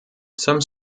some